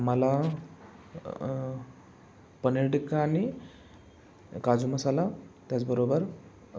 मला पनीर टिक्का आणि काजू मसाला त्याचबरोबर